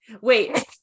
Wait